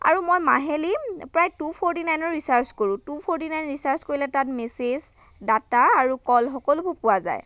আৰু মই মাহিলী প্ৰায় টু ফৰ্টি নাইনৰ ৰিচাৰ্জ কৰোঁ টু ফৰ্টি নাইন ৰিচাৰ্জ কৰিলে তাত মেচেজ ডাটা আৰু ক'ল সকলোবোৰ পোৱা যায়